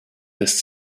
lässt